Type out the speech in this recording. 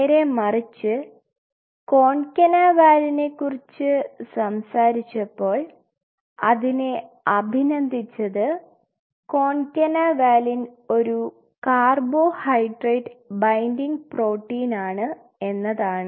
നേരെമറിച്ച് കോൺനവാലിനെക്കുറിച്ച് സംസാരിച്ചപ്പോൾ അതിനെ അഭിനന്ദിച്ചത് കോൺകനവാലിൻ ഒരു കാർബോഹൈഡ്രേറ്റ് ബൈൻഡിംഗ് പ്രോട്ടീനാണ് എന്നതാണ്